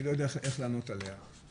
אני לא יודע איך לענות עליה.